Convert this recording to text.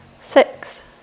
six